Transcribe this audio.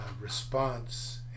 response